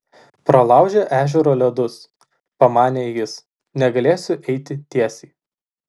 pralaužė ežero ledus pamanė jis negalėsiu eiti tiesiai